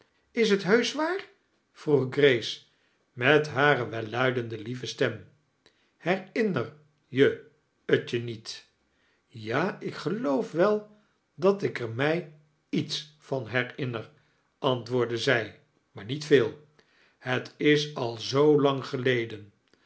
is t heusch waar vroeg grace met hare welluidendei lieve stem herinner je t je niet ja ik gieloof wel dat ik er mij lets van harinner antwoordde zij maar niet veel het is al zoo lang geleden